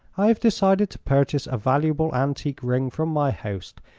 i have decided to purchase a valuable antique ring from my host,